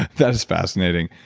that is fascinating.